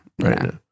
Right